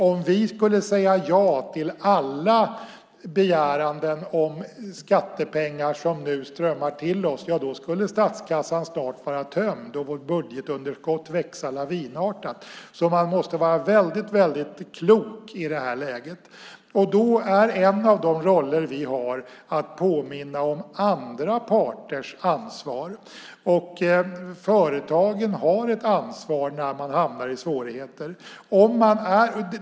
Om vi sade ja till varje begäran om skattepengar som nu strömmar till oss skulle statskassan snart vara tömd och vårt budgetunderskott växa lavinartat. Man måste alltså i det här läget vara väldigt, väldigt klok. En av de uppgifter vi då har är att påminna om andra parters ansvar. Företagen har ett ansvar när de hamnar i svårigheter.